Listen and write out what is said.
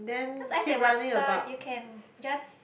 cause ice and water you can just